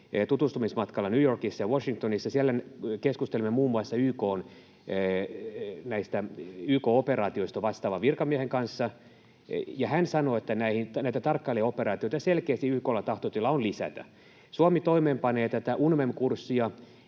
tutustumismatkalla New Yorkissa ja Washingtonissa. Siellä keskustelimme muun muassa YK:n operaatioista vastaavan virkamiehen kanssa, ja hän sanoi, että näitä tarkkailijaoperaatioita selkeästi YK:lla tahtotila on lisätä. Suomi toimeenpanee tätä UNMEM-kurssia